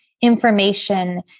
information